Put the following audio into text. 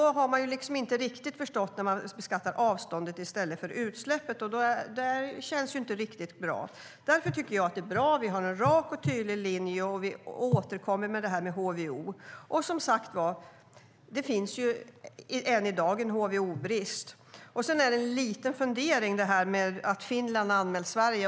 När man vill beskatta avståndet i stället för utsläppet har man inte förstått, och det känns inte riktigt bra. Därför tycker jag att det är bra att vi har en rak och tydlig linje och att vi återkommer till detta med HVO. Och som sagt: Det finns än i dag en HVO-brist. Sedan har jag en liten fundering över detta att Finland har anmält Sverige.